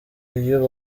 iyo